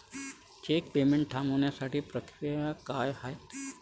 Check payment थांबवण्याची प्रक्रिया काय आहे?